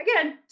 Again